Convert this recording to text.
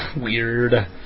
weird